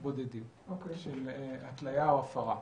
מקרים בודדים של התלייה או הפרה.